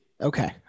Okay